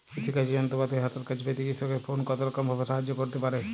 কৃষিকাজের যন্ত্রপাতি হাতের কাছে পেতে কৃষকের ফোন কত রকম ভাবে সাহায্য করতে পারে?